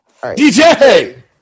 DJ